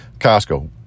Costco